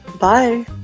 bye